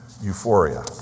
Euphoria